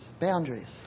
boundaries